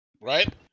Right